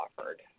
offered